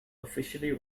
officially